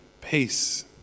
peace